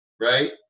right